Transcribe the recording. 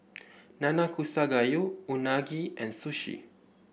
Nanakusa Gayu Unagi and Sushi